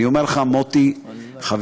אני אומר לך, מוטי חברי,